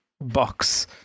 Box